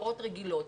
רגילות.